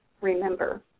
remember